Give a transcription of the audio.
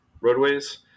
roadways